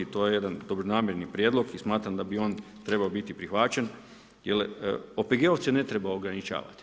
To je jedan dobronamjerni prijedlog i smatram da bi on trebao biti prihvaćen jer OPG-ovce ne treba ograničavati.